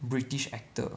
british actor